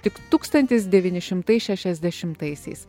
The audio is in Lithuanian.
tik tūkstantis devyni šimtai šešiasdešimtaisiais